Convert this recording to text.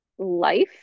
life